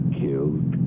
killed